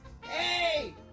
Hey